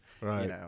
Right